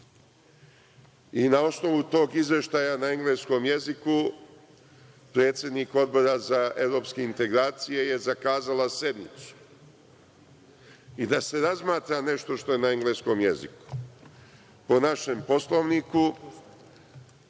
i na osnovu tog izveštaja na engleskom jeziku predsednik Odbora za evropske integracije je zakazala sednicu i da se razmatra nešto što je ne engleskom jeziku. Po našem Poslovniku,